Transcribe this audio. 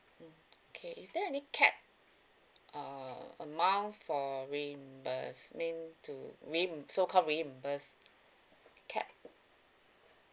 mm okay is there any cap uh amount for reimburse mean to reim~ so called reimburse cap